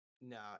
No